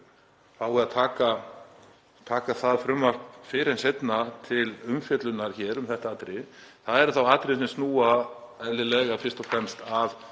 fái að taka það frumvarp fyrr en seinna til umfjöllunnar hér um þetta atriði. Það eru þá atriði sem snúa eðlilega fyrst og fremst að